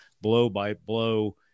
blow-by-blow